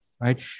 Right